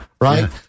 Right